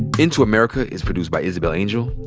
into america is produced by isabel angel,